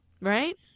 Right